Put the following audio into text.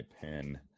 pen